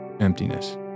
emptiness